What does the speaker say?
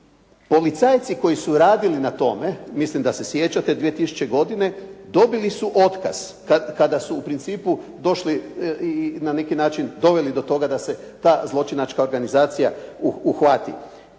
Policajci koji su radili na tome, mislim da se sjećate 2000. godine dobili su otkaz kada su u principu došli na neki način, doveli do toga da se ta zločinačka organizacija uhvati.